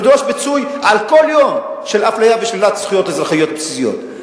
ונדרוש פיצוי על כל יום של אפליה ושלילת זכויות אזרחיות בסיסיות.